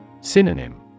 Synonym